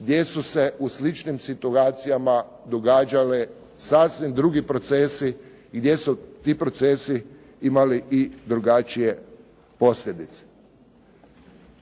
gdje su se u sličnim situacijama događale sasvim drugi procesi, gdje su ti procesi imali i drugačije posljedice.